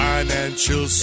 Financial